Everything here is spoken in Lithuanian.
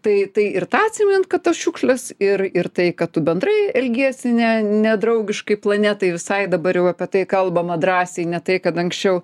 tai tai ir tą atsimint kad tos šiukšlės ir ir tai kad tu bendrai elgiesi ne nedraugiškai planetai visai dabar jau apie tai kalbama drąsiai ne tai kad anksčiau